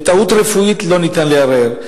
בטעות רפואית אין אפשרות לערער.